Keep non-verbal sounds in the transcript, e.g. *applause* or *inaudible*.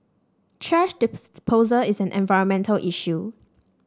thrash *unintelligible* is an environmental issue